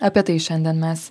apie tai šiandien mes